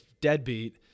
deadbeat